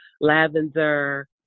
lavender